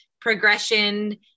progression